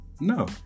No